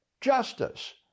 justice